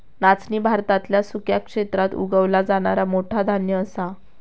नाचणी भारतातल्या सुक्या क्षेत्रात उगवला जाणारा मोठा धान्य असा